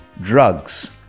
Drugs